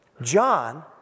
John